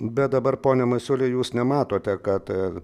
bet dabar pone masiuli jūs nematote kad